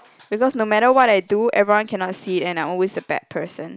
because no matter what I do everyone cannot see and I always the bad person